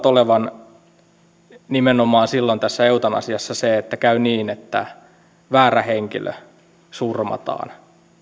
olevan nimenomaan silloin tässä eutanasiassa se että käy niin että väärä henkilö surmataan